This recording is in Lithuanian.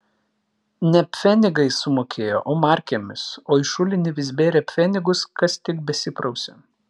ne pfenigais sumokėjo o markėmis o į šulinį vis bėrė pfenigus kas tik besiprausė